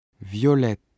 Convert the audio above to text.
violette